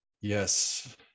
Yes